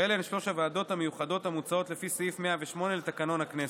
ואלה הן שלוש הוועדות המיוחדות המוצעות לפי סעיף 108 לתקנון הכנסת: